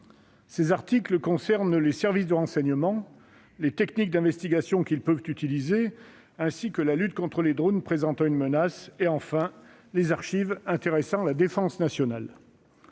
Ces articles concernent les services de renseignement, les techniques d'investigation qu'ils peuvent utiliser, la lutte contre les drones présentant une menace, ainsi que les archives intéressant la défense nationale.